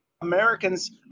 Americans